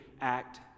act